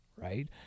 Right